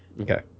Okay